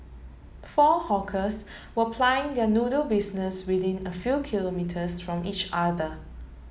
four hawkers were plying their noodle business within a few kilometres from each other